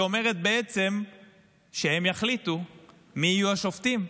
שאומרת בעצם שהם יחליטו מי יהיו השופטים.